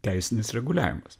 teisinis reguliavimas